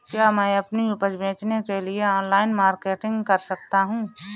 क्या मैं अपनी उपज बेचने के लिए ऑनलाइन मार्केटिंग कर सकता हूँ?